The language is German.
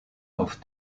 auf